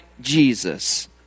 Jesus